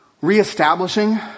reestablishing